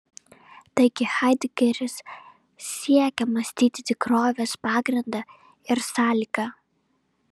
taigi haidegeris siekia mąstyti tikrovės pagrindą ir sąlygą